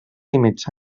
límits